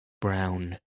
brown